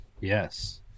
Yes